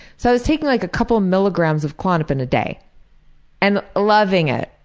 so i was taking like a couple milligrams of klonopin a day and loving it.